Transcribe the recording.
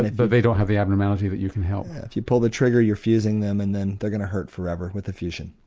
but they don't have the abnormality that you can help? if you pull the trigger you're fusing them and then they going to hurt forever with the fusion.